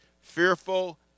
Fearful